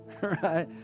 right